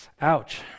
Ouch